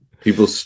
People